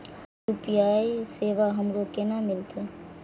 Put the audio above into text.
UPI सेवा हमरो केना मिलते?